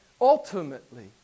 ultimately